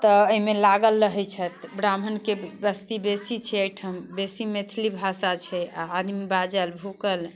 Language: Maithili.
तऽ एहिमे लागल रहैत छथि ब्राह्मण के बस्ती बेसी छै एहिठाम बेसी मैथिली भाषा छै आ आदमी बाजल भुकल